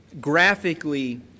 graphically